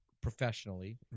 professionally